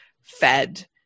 fed